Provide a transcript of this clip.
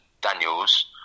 Daniels